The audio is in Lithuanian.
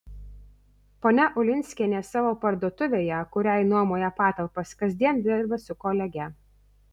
ponia ulinskienė savo parduotuvėje kuriai nuomoja patalpas kasdien dirba su kolege